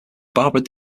barbara